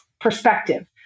perspective